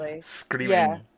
screaming